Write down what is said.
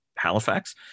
Halifax